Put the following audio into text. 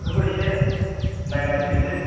बेफोरखौ एसे नायनानै फैनोसै